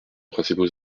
principaux